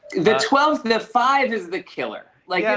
the twelve the five is the killer. like,